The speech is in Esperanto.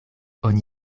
oni